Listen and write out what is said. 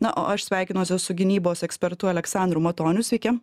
na o aš sveikinuosi su gynybos ekspertu aleksandru matoniu sveiki